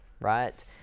right